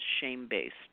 shame-based